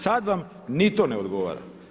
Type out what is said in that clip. Sad vam ni to ne odgovara.